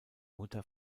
mutter